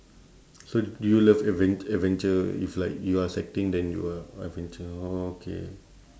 so do you love adven~ adventure if like you are sweating then you are adventure orh K